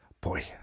Boy